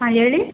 ಹಾಂ ಹೇಳಿ